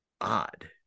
odd